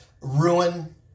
ruin